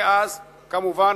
מאז, כמובן,